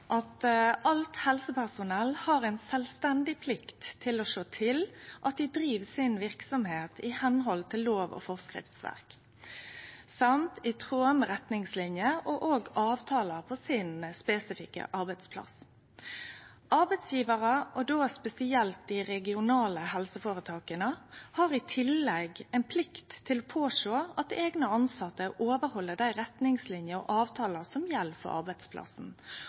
at alt helsepersonell har ei sjølvstendig plikt til å sjå til at dei driv verksemda si i samsvar med lov- og forskriftsverk og i tråd med retningslinjer og avtalar på sin spesifikke arbeidsplass. Arbeidsgjevarar, og då spesielt dei regionale helseføretaka, har i tillegg ei plikt til å sjå til at eigne tilsette overheld dei retningslinjene og avtalane som gjeld for arbeidsplassen,